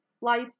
life